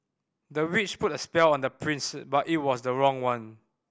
the witch put a spell on the prince but it was the wrong one